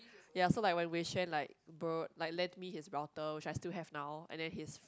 ya so like when Wei-Xuan like borrowed like lent me his router which I still have now and then his